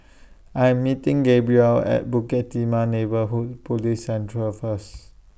I Am meeting Gabriel At Bukit Timah Neighbourhood Police Centre First